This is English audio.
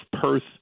Perth